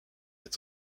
est